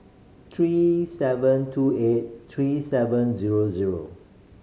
three seven two eight three seven zero zero